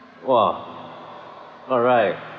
!wah! alright